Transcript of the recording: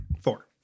Four